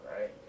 right